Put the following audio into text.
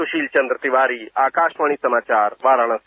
सुशील चन्द्र तिवारी आकाशवाणी समाचार वाराणसी